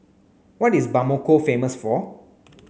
what is Bamako famous for